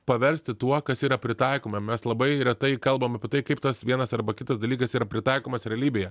paversti tuo kas yra pritaikoma mes labai retai kalbam apie tai kaip tas vienas arba kitas dalykas yra pritaikomas realybėje